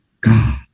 God